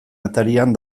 atarian